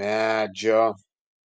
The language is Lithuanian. medžio